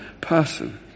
person